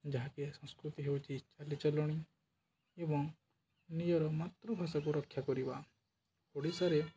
ଯାହାକି ସଂସ୍କୃତି ହେଉଛି ଚାଲିଚଳଣି ଏବଂ ନିଜର ମାତୃଭାଷାକୁ ରକ୍ଷା କରିବା ଓଡ଼ିଶାରେ